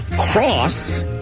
Cross